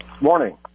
morning